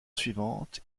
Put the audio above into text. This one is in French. suivante